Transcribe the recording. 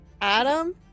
Adam